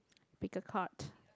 pick a card